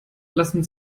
lassen